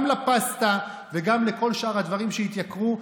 גם לפסטה וגם לכל שאר הדברים שהתייקרו.